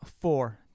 four